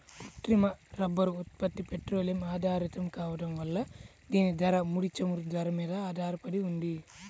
కృత్రిమ రబ్బరు ఉత్పత్తి పెట్రోలియం ఆధారితం కావడం వల్ల దీని ధర, ముడి చమురు ధర మీద ఆధారపడి ఉంటుంది